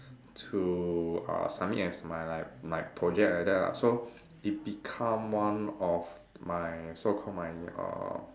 to uh submit as my like my project like that lah so it become one of my so called my uh